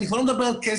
אני כבר לא מדבר על כסף,